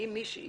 אם מישהי